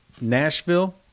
Nashville